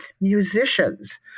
Musicians